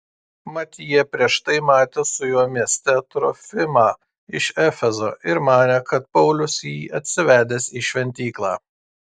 mat jie prieš tai matė su juo mieste trofimą iš efezo ir manė kad paulius jį atsivedęs į šventyklą